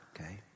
okay